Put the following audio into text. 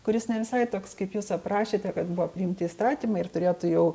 kuris ne visai toks kaip jūs aprašėte kad buvo priimti įstatymai ir turėtų jau